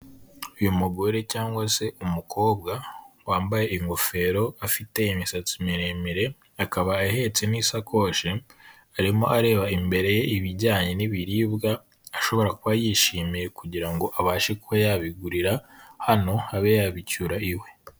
Uyu mugore cyangwa se umukobwa wambaye ingofero afite imisatsi miremire, akaba ahetse n'isakoshi arimo areba imbere ye ibijyanye n'ibiribwa ashobora kuba yishimiye kugira abashe kuba yabigurira hano abe yabicyura iwe.